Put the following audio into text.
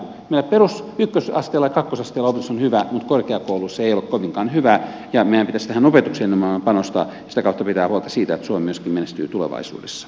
meillä ykkösasteella ja kakkosasteella opetus on hyvää mutta korkeakouluissa ei ole kovinkaan hyvää ja meidän pitäisi tähän opetukseen nimenomaan panostaa ja sitä kautta pitää huolta siitä että suomi myöskin menestyy tulevaisuudessa